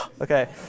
Okay